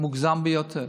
מוגזם ביותר.